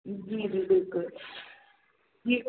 जी जी बिल्कुल जी